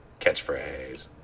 catchphrase